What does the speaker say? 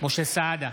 משה סעדה,